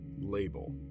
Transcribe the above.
Label